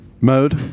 mode